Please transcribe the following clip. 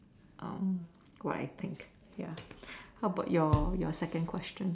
what I think ya how about your your second question